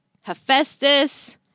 Hephaestus